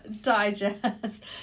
digest